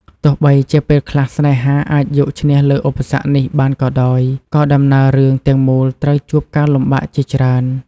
ទោះបីជាពេលខ្លះស្នេហាអាចយកឈ្នះលើឧបសគ្គនេះបានក៏ដោយ ក៏ដំណើររឿងទាំងមូលត្រូវជួបការលំបាកជាច្រើន។